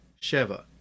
Sheva